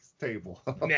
table